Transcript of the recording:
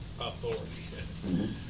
authority